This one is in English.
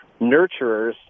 nurturers